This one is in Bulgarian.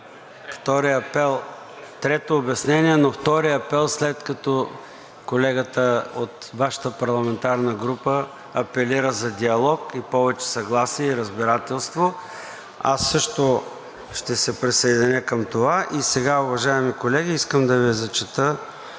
Това беше трето обяснение, но втори апел, след като колегата от Вашата парламентарна група апелира за диалог и повече съгласие и разбирателство. Аз също ще се присъединя към това. И сега, уважаеми колеги, искам да Ви зачета: